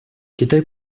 китай